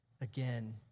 again